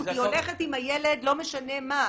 היא הולכת עם הילד, לא משנה מה.